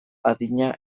adina